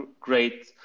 great